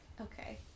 Okay